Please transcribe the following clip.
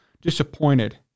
disappointed